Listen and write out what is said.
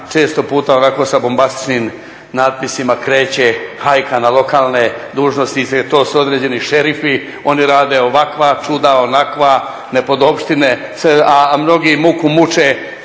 često puta onako sa bombastičnim natpisima kreće hajka na lokalne dužnosnike, to su određeni šerifi, oni rade ovakva čuda, onakva nepodopštine, a mnogi muku muče